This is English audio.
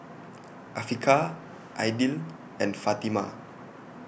Afiqah Aidil and Fatimah